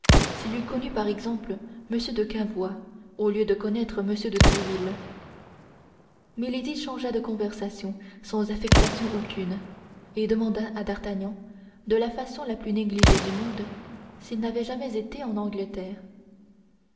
s'il eût connu par exemple m de cavois au lieu de connaître m de tréville milady changea de conversation sans affectation aucune et demanda à d'artagnan de la façon la plus négligée du monde s'il n'avait jamais été en angleterre